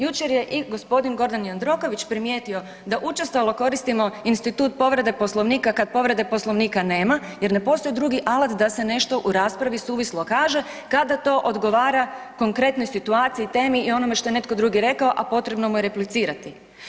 Jučer je i g. Gordan Jandroković primijetio da učestalo koristimo institut povrede Poslovnika kad povrede Poslovnika nema jer ne postoji drugi alat da se nešto u raspravi suvislo kaže kada to odgovara konkretnoj situaciji i temi i onome što je netko drugi rekao, a potrebno mu je replicirati.